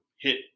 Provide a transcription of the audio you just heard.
hit